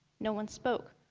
no one spoke.